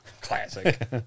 Classic